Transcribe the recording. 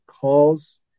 calls